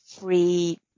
free